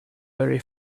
very